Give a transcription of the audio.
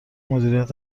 مدیریت